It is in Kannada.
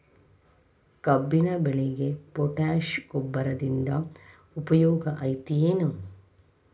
ಕಬ್ಬಿನ ಬೆಳೆಗೆ ಪೋಟ್ಯಾಶ ಗೊಬ್ಬರದಿಂದ ಉಪಯೋಗ ಐತಿ ಏನ್?